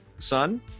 Son